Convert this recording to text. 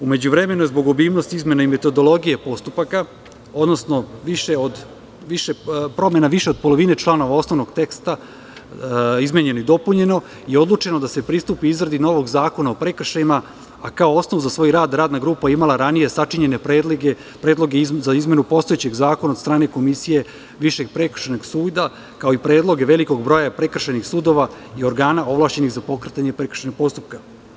U međuvremenu je zbog obimnosti izmena i metodologije postupaka, odnosno promene više od polovine članova osnovnog teksta izmenjeno i dopunjeno i odlučeno da se pristupi izradi novog zakona o prekršajima, a kao osnov za svoj rad radna grupa je imala ranije sačinjene predloge, predloge za izmenu postojećeg zakona od strane Komisije Višeg prekršajnog suda, kao i predloge velikog broja prekršajnih sudova i organa ovlašćenih za pokretanje prekršajnog postupka.